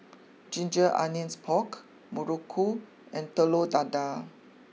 Ginger Onions Pork Muruku and Telur Dadah